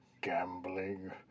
Gambling